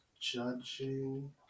judging